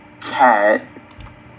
cat